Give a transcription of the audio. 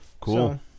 Cool